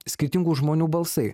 skirtingų žmonių balsai